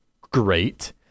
Great